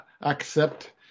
accept